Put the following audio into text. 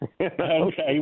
Okay